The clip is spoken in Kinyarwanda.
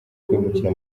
kwimukira